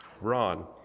ron